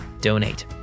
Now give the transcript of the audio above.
donate